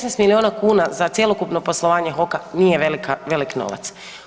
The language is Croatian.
16 milijuna kuna za cjelokupno poslovanje HOK-a nije velik novac.